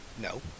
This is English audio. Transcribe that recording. no